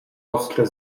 ostre